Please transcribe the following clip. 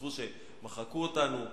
שחשבו שמחקו אותנו,